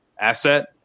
asset